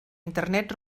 internet